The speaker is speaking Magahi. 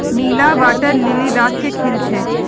नीला वाटर लिली रात के खिल छे